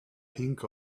pink